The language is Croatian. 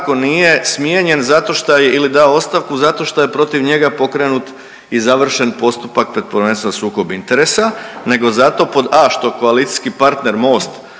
nije smijenjen zato što ili dao ostavku zato šta je protiv njega pokrenut i završen postupak pred Povjerenstvom za sukoba interesa nego zato pod a) što koalicijski partner Most